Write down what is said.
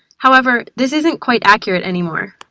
however, this isn't quite accurate anymore.